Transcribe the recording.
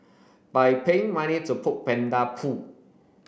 by paying money to poke panda poo